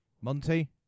Monty